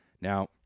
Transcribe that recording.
Now